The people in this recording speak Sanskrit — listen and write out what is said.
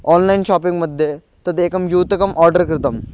आन्लैन् शापिङ्ग् मध्ये तदेकं युतकम् आर्डर् कृतम्